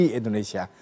Indonesia